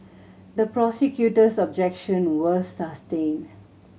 the prosecutor's objection was sustained